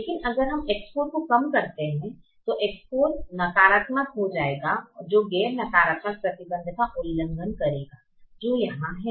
लेकिन अगर हम X4 को कम करते हैं तो X4 नकारात्मक हो जाएगा जो गैर नकारात्मकता प्रतिबंध का उल्लंघन करेगा जो यहां है